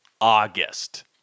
August